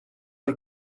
her